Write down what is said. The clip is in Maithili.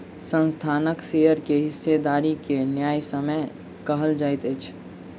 संस्थानक शेयर के हिस्सेदारी के न्यायसम्य कहल जाइत अछि